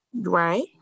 Right